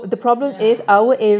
ya